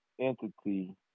entity